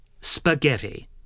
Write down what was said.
spaghetti